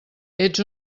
ets